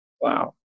Wow